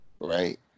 Right